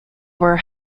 were